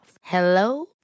Hello